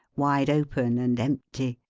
wide open and empty.